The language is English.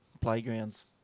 Playgrounds